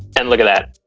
and look at that!